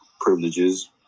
privileges